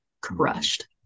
crushed